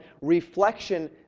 Reflection